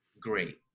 great